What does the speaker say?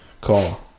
call